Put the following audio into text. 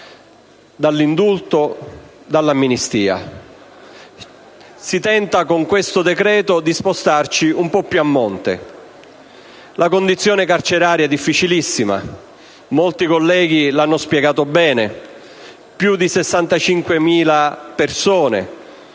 dall'indulto e dall'amnistia: con questo decreto si tenta di spostarci un po' più a monte. La condizione carceraria è difficilissima. Molti colleghi lo hanno spiegato bene: più di 65.000 persone